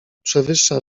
przewyższa